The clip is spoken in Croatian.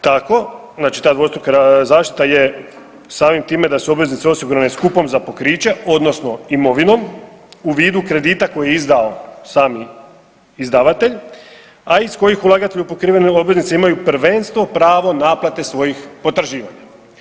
Tako znači ta dvostruka zaštita je samim time da su obveznice osigurane … [[ne razumije se]] za pokriće odnosno imovinom u vidu kredita koji je izdao sami izdavatelj, a iz kojih ulagatelju pokrivene obveznice imaju prvenstvo pravo naplate svojih potraživanja.